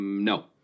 No